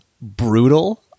brutal